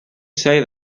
say